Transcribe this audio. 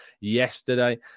yesterday